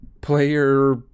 Player